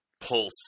pulse